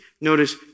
notice